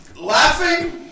laughing